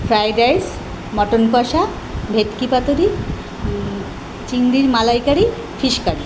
fried rice mutton কষা ভেটকি পাতুরি চিংড়ির মালাইকারি ফিশ কারি